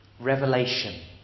Revelation